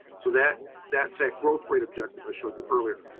so that that set growth rate objective, i showed you earlier.